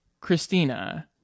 Christina